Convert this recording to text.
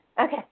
okay